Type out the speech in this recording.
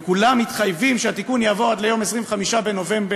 וכולם מתחייבים שהתיקון יעבור עד ליום 25 בנובמבר,